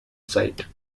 site